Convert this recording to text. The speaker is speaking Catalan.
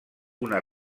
una